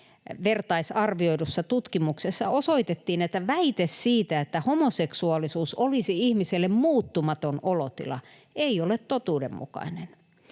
vertaisarvioidussa tutkimuksessa osoitettiin, että väite siitä, että homoseksuaalisuus olisi ihmiselle muuttumaton olotila, ei ole totuudenmukainen.